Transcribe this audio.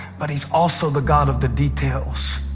but he's also the god of the details.